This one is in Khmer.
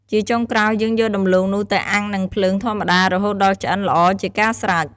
ជាចុងក្រោយ យើងយកដំឡូងនោះ ទៅអាំងនឹងភ្លើងធម្មតារហូតដល់ឆ្អិនល្អជាការស្រេច។